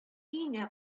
өенә